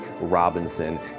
Robinson